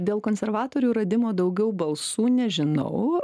dėl konservatorių radimo daugiau balsų nežinau